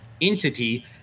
entity